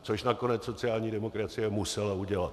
Což nakonec sociální demokracie musela udělat.